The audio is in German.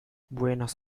buenos